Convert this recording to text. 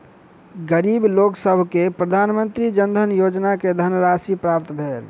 गरीब लोकसभ के प्रधानमंत्री जन धन योजना के धनराशि प्राप्त भेल